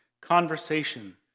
conversation